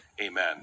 Amen